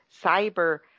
cyber